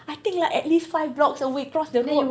I think like at least five blocks away cross the road